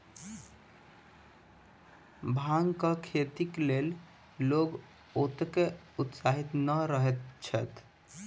भांगक खेतीक लेल लोक ओतेक उत्साहित नै रहैत छैथ